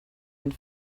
and